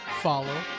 follow